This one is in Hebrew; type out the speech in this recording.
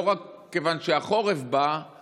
לא רק מכיוון שהחורף בא,